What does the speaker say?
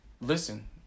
Listen